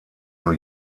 new